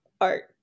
art